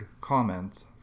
comments